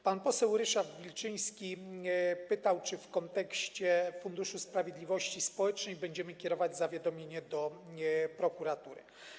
Pan poseł Ryszard Wilczyński pytał, czy w kontekście Funduszu Sprawiedliwości Społecznej będziemy kierować zawiadomienie do prokuratury.